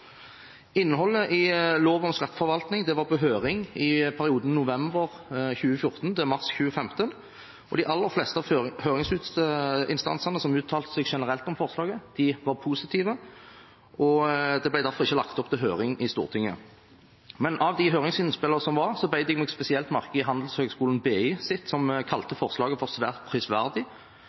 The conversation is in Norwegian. Innholdet i lov om skatteforvaltning var på høring i perioden november 2014 til mars 2015, og de aller fleste høringsinstansene som uttalte seg generelt om forslaget, var positive, og det ble derfor ikke lagt opp til høring i Stortinget. Men av de høringsinnspillene som var, bet jeg meg spesielt merke i Handelshøyskolen BIs høringsinnspill, som kalte forslaget svært prisverdig,